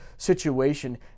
situation